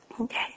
Okay